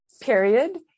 period